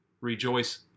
Rejoice